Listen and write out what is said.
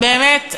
באמת,